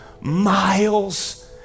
miles